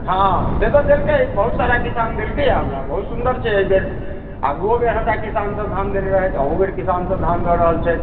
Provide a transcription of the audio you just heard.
हँऽ से तऽ देलकै बहुत सारा किसान देलकैया हमरा बहुत सुन्दर छै एहि बेर आगुओ बेर हमरा किसान सब हमरा धान देने रहथि अहू बेर किसान सब धान दऽ रहल छथि